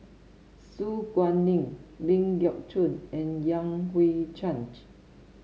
Su Guaning Ling Geok Choon and Yan Hui Change